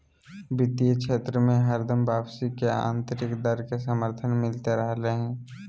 वित्तीय क्षेत्र मे हरदम से वापसी के आन्तरिक दर के समर्थन मिलते रहलय हें